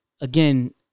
again